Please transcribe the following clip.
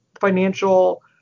financial